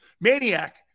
Maniac